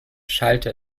schallte